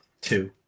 Two